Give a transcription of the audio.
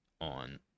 on